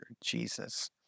Jesus